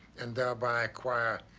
and thereby acquire.